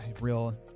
real